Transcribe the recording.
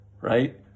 right